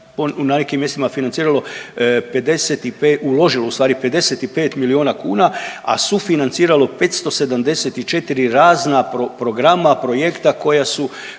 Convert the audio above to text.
na nekim mjestima financiralo 55 uložilo ustvari 55 milijuna kuna, a sufinanciralo 574 razna programa, projekta koja su